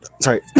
Sorry